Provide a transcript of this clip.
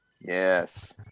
Yes